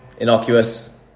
innocuous